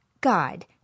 God